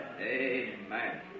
Amen